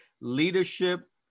Leadership